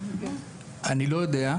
אני לא יודע.